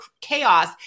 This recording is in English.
chaos